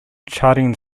charting